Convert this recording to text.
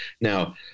Now